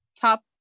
top